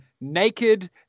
naked